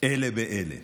אלה באלה